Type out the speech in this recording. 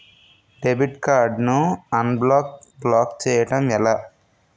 Debit card ను unblock block చేయటం ఎలా?